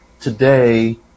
today